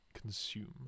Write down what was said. consume